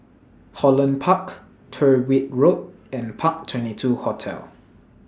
Holland Park Tyrwhitt Road and Park twenty two Hotel